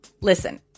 Listen